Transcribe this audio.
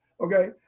Okay